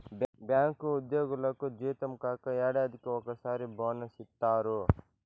bank ఉద్యోగులకు జీతం కాక ఏడాదికి ఒకసారి బోనస్ ఇత్తారు